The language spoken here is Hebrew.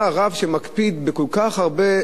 אתה הרב שמקפיד בכל כך הרבה,